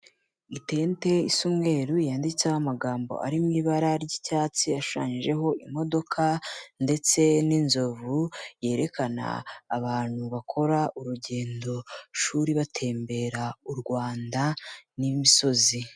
Itente isa umweru yanditseho amagambo ari mu ibara ry'icyatsi ashushanyijeho imodoka ndetse n'inzovu, yerekana abantu bakora urugendoshuri batembera u Rwanda n'imisozi.